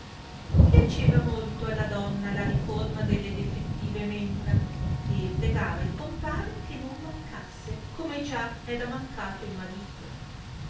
piaceva molto alla donna la riforma delle defettive membra e pregava il compare che non mancasse come già era mancato il marito